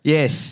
Yes